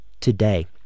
today